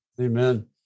Amen